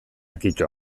kito